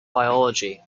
biology